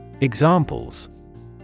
Examples